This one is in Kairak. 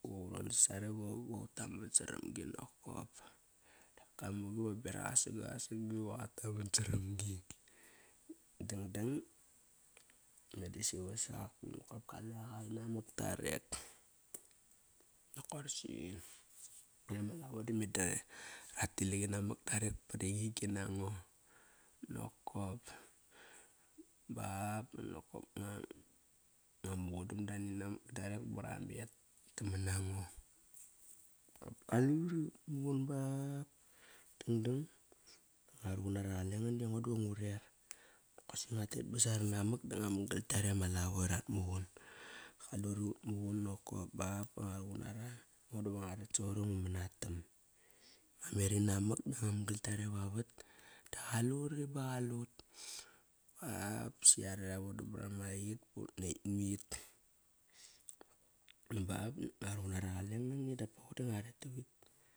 Va uron sasare va utaman saram gi nokop. Dap kamuqi va beraq asagak asagak iva qat taman saramgi. Dangdang dame siva sak ba nokop kale qq ma mak darek. Nak koras i me ma lavo meda rat tilak inamak darek ba ringigi nango nokop ba banokop nguang ngu mugudam da nina mak na darek ba ra met naman na ngo. Kop kaluni muqun ba dangdang, ngua ruqun nara qalengan de ngo ngu rer. Kosi ngua tet ba saranamak da ngua man gal kiare ma lavo rat muqun. Ba qaluri ut muqun nokop ba ba ngua ruqun nara, ngo diva ngua ret savavar iva ngu manatam. Ngua mer inamak ba ngua man gal kiare vavat da qaluri ba qalut ba basi yare ra vodam bara it but nekt mit. Ba nakt ngua ruqun nara qalengan gi dapa ngo da ngua ret tavit.